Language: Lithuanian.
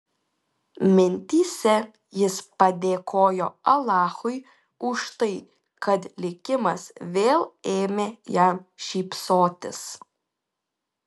mintyse jis padėkojo alachui už tai kad likimas vėl ėmė jam šypsotis